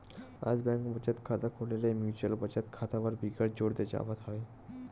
आज बेंक म बचत खाता खोले ले बने म्युचुअल बचत खाता बर बिकट जोर दे जावत हे